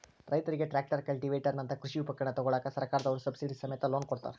ರೈತರಿಗೆ tractor, cultivator ನಂತ ಕೃಷಿ ಉಪಕರಣ ತೊಗೋಳಾಕ ಸರ್ಕಾರದವ್ರು ಸಬ್ಸಿಡಿ ಸಮೇತ ಲೋನ್ ಕೊಡ್ತಾರ